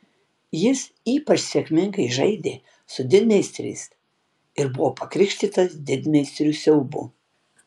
jis ypač sėkmingai žaidė su didmeistriais ir buvo pakrikštytas didmeistrių siaubu